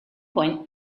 point